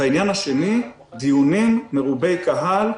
והעניין השני הוא דיונים מרובי קהל,